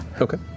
Okay